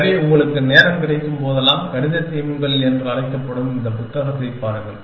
எனவே உங்களுக்கு நேரம் கிடைக்கும்போதெல்லாம் கணித தீம்கள் என்று அழைக்கப்படும் இந்த புத்தகத்தைப் பாருங்கள்